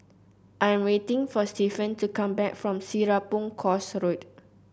I am waiting for Stefan to come back from Serapong Course Road